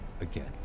again